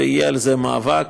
ויהיה על זה מאבק.